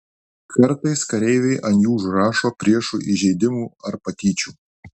kartais kareiviai ant jų užrašo priešui įžeidimų ar patyčių